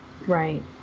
Right